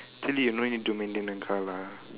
actually you don't need to maintain a car lah